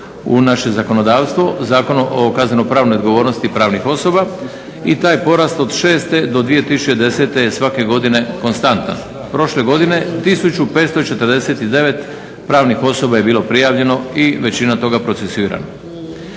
u naše zakonodavstva, Zakon o kazneno pravnoj odgovornosti pravnih osoba, i taj porast od 6. do 2010. je svake godine konstantan, prošle godine 1549 pravnih osoba je bilo prijavljeno i većina toga procesuirano.